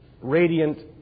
Radiant